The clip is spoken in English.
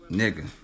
nigga